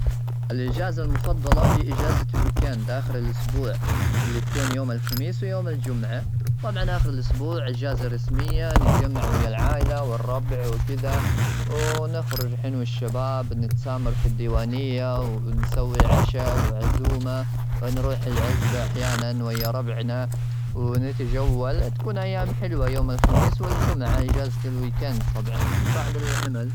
الاجازه المفضله هي اجازه الويكند اخر الاسبوع اللي تكون يوم الخميس ويوم الجمعه طبعا اخر الاسبوع اجازه رسميه نتجمع ويا العائله والربع وكذا ونخرج الحين والشباب نتسامر في الديوانيه ونسوي عشاء وعزومه ونروح العزبه احيانا ويا ربعنا ونتج اول تكون ايام حلوه يوم الخميس والجمعه اجازه الويكند طبعا بعد